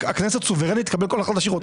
הכנסת סוברנית לקבל כל החלטה שהיא רוצה.